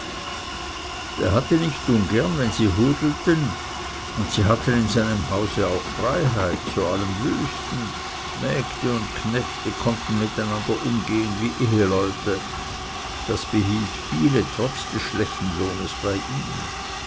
der hatte nicht ungern wenn sie hudelten und sie hatten in seinem hause auch freiheit zu allem wüsten mägde und knechte konnten miteinander umgehen wie eheleute das behielt viele trotz des schlechten lohns bei ihm